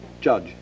judge